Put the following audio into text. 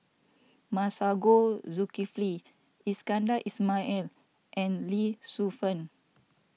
Masagos Zulkifli Iskandar Ismail and Lee Shu Fen